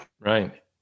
Right